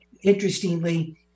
interestingly